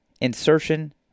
insertion